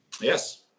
Yes